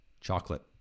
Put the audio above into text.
chocolate